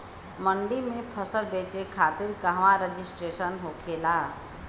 मंडी में फसल बेचे खातिर कहवा रजिस्ट्रेशन होखेला?